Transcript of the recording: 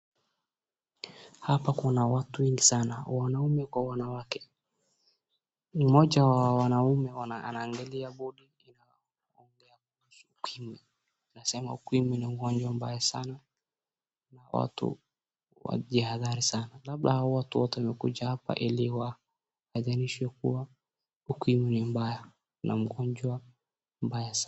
Hapa kuna watu wengi sana wanaume kwa wanawake. Mmoja wa wanaume anaangalia bodi inayoongea kuhusu ukimwi, inasema ukimwi ni ugonjwa mbaya sana na watu wajihadhari sana. Labda hawa watu wote wamekuja hapa ili watahadharishwe kuwa ukimwi ni mbaya na ugonjwa mbaya sana.